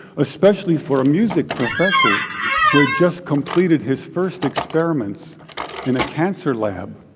especially for a music professor who had just completed his first experiments in a cancer lab.